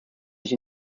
sich